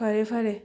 ꯐꯔꯦ ꯐꯔꯦ